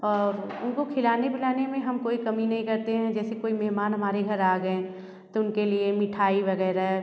और उनको खिलाने पिलाने में हम कोई कमी नहीं करते हैं जैसे कोई मेहमान हमारे घर आ गए तो उनके लिए मिठाई वग़ैरह